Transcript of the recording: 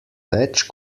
več